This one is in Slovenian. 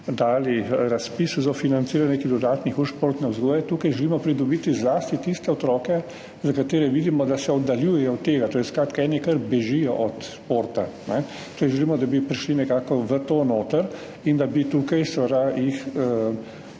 dali razpis za financiranje nekih dodatnih ur športne vzgoje. Tukaj želimo pridobiti zlasti tiste otroke, za katere vidimo, da se oddaljujejo od tega. Skratka, eni kar bežijo od športa. Želimo, da bi prišli nekako v to noter in da bi jih